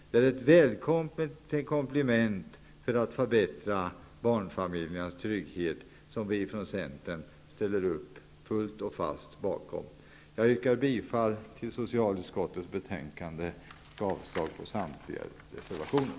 Det är ett välkommet komplement för att förbättra barnfamiljernas trygghet som vi från Centern ställer upp fullt och fast bakom. Jag yrkar bifall till hemställan i socialutskottets betänkande och avslag på samtliga reservationer.